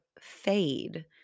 fade